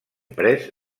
pres